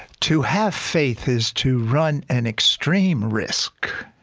to have faith is to run an extreme risk.